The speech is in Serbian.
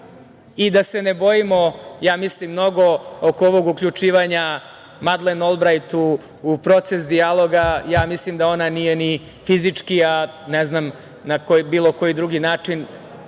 da se bojimo mnogo oko ovog uključivanja Madlen Olbrajt u proces dijaloga. Mislim da ona nije ni fizički, a ne znam na bilo koji drugi način